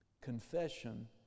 Confession